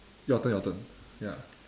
your turn your turn ya